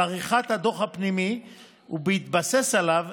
עם עריכת הדוח הפנימי ובהתבסס עליו,